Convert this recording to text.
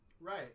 Right